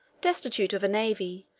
destitute of a navy,